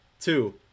Two